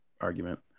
argument